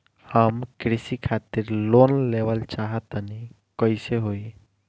हम कृषि खातिर लोन लेवल चाहऽ तनि कइसे होई?